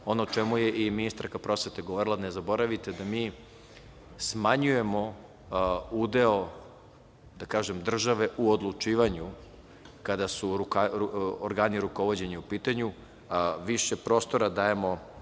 o čemu je i ministarka prosvete govorila ne zaboravite da mi smanjujemo udeo, da kažem, države u odlučivanju, kada su organi rukovođenja u pitanju, više prostora dajemo